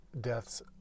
deaths